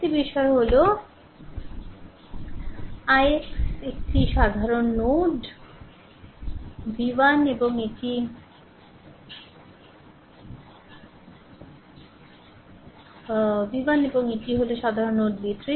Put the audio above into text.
একটি বিষয় হল ix এটি একটি সাধারণ নোড V 1 এবং এটি হল সাধারণ নোড V 3